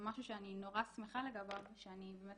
זה משהו שאני נורא שמחה לגביו שאני באמת